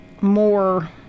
more